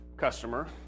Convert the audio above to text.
customer